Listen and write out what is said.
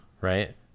right